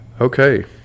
Okay